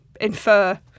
infer